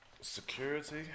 Security